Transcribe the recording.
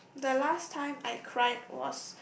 the last time I cry was